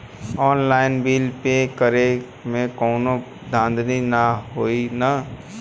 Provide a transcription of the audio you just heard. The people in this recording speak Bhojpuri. ऑनलाइन बिल पे करे में कौनो धांधली ना होई ना?